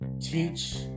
Teach